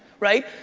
right?